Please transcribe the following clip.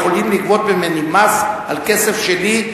יכולים לגבות ממני מס על כסף שלי,